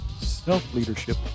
self-leadership